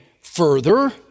further